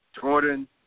Jordan